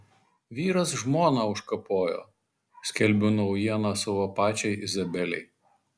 vyras žmoną užkapojo skelbiu naujieną savo pačiai izabelei